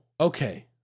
Okay